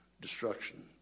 destruction